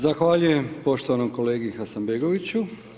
Zahvaljujem poštovanom kolegi Hasanbegoviću.